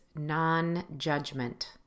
non-judgment